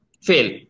Fail